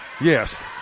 Yes